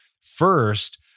first